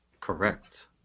Correct